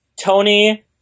Tony